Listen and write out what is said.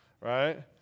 right